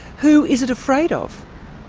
who is it afraid of?